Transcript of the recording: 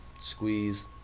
squeeze